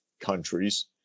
countries